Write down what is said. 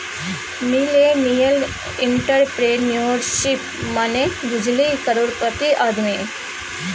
millennial entrepreneurship मने बुझली करोड़पति आदमी